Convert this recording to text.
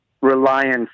reliance